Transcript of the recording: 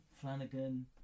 Flanagan